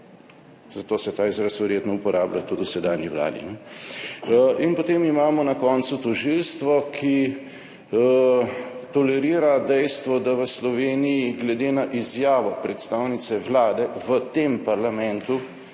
Zato se ta izraz verjetno uporablja tudi v sedanji vladi. In potem imamo na koncu tožilstvo, ki tolerira dejstvo, da v Sloveniji – glede na izjavo predstavnice Vlade v tem parlamentu,